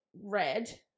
red